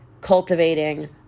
cultivating